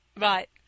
Right